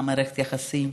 מה מערכת היחסים.